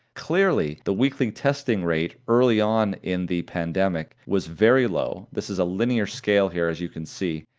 clearly, the weekly testing rate early on in the pandemic was very low. this is a linear scale here, as you can see,